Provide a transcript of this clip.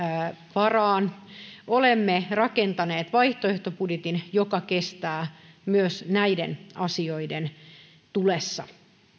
varaan olemme rakentaneet vaihtoehtobudjetin joka kestää myös näiden asioiden tulessa